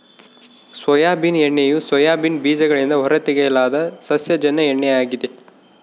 soybean ಎಣ್ಣೆಯು soybean ಬೀಜಗಳಿಂದ ಹೊರತೆಗೆಯಲಾದ ಸಸ್ಯಜನ್ಯ ಎಣ್ಣೆ ಆಗಿದೆ